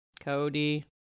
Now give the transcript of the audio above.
Cody